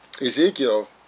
Ezekiel